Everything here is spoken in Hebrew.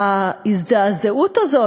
ההזדעזעות הזאת,